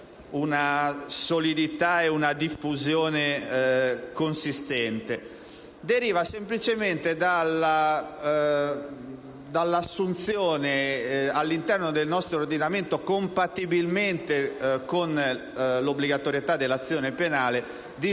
una solidità e una diffusione consistenti. Essa deriva semplicemente dall'assunzione, all'interno del nostro ordinamento, compatibilmente con l'obbligatorietà dell'azione penale, di